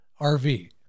RV